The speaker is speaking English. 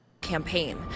campaign